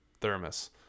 thermos